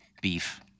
Beef